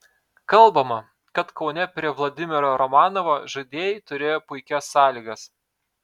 kalbama kad kaune prie vladimiro romanovo žaidėjai turėjo puikias sąlygas